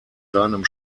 seinem